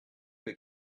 que